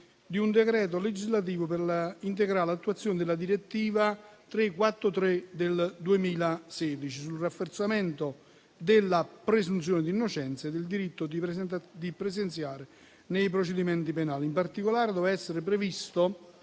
di un decreto legislativo per integrare l'attuazione della direttiva 2016/343 sul rafforzamento della presunzione di innocenza e del diritto di presenziare nei procedimenti penali. In particolare, doveva essere previsto